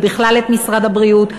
ובכלל את משרד הבריאות.